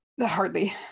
Hardly